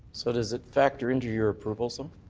so does it factor into your approvals? um